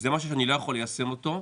זה משהו שאני לא יכול ליישם אותו,